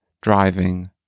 driving